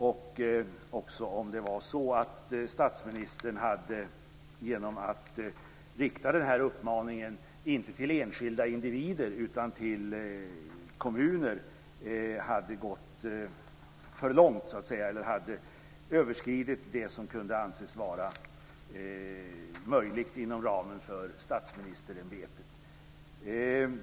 Man har också diskuterat om statsministern genom att rikta denna uppmaning, inte till enskilda individer utan till kommuner, hade överskridit det som kunde anses vara möjligt inom ramen för statsministerämbetet.